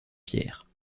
pierre